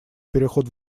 переход